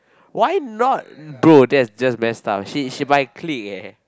why not bro that's just mess up she she my clique eh